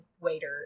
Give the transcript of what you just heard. waiter